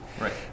Right